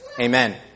Amen